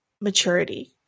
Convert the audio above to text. maturity